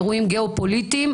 אירועים גיאו-פוליטיים.